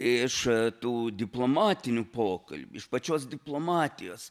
iš tų diplomatinių pokalbių iš pačios diplomatijos